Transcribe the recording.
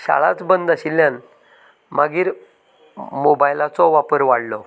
शाळाच बंद आशिल्ल्यान मागीर मोबायलाचो वापर वाडलो